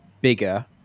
bigger